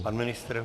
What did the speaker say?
Pan ministr?